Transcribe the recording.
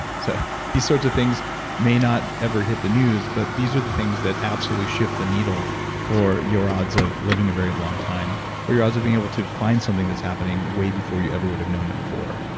so these sorts of things may not ever hit the news, but these are the sort of things that absolutely shift the needle for your odds of living a very long time or your odds of being able to find something that's happening way before you ever would have known it before.